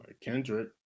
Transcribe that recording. Kendrick